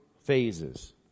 phases